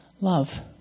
love